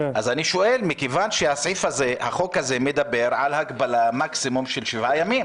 החוק הזה מדבר על הגבלה של מקסימום שבעה ימים.